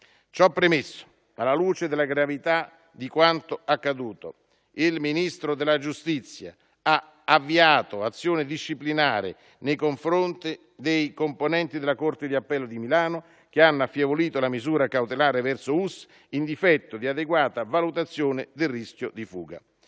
Ciò premesso, alla luce della gravità di quanto accaduto, il Ministro della giustizia ha avviato azione disciplinare nei confronti dei componenti della corte di appello di Milano che hanno affievolito la misura cautelare verso Uss, in difetto di adeguata valutazione del rischio di fuga.